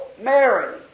Mary